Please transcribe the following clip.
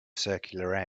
circular